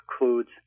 includes